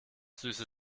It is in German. süße